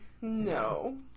no